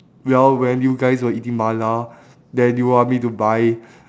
well when you guys were eating mala then you want me to buy